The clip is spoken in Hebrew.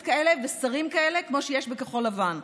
כאלה ושרים כאלה כמו שיש בכחול לבן.